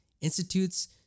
institutes